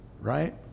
right